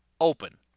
open